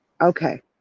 okay